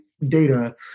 data